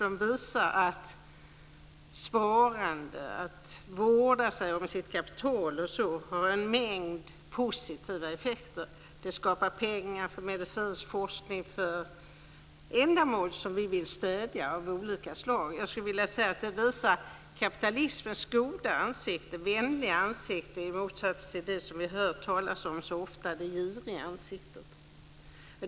De visar att sparande, att vårda sig om sitt kapital, har en mängd positiva effekter. Det skapar pengar för medicinsk forskning, för ändamål av olika slag som vi vill stödja. Det visar kapitalismens goda och vänliga ansikte i motsats till det som vi hör talas om så ofta, nämligen det giriga ansiktet.